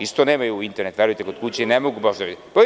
Isto nemaju internet, verujte, kod kuće i ne mogu baš da vide.